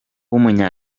w’umunya